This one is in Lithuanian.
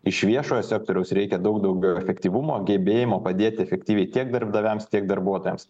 iš viešojo sektoriaus reikia daug daugiau efektyvumo gebėjimo padėti efektyviai tiek darbdaviams tiek darbuotojams